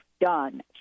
done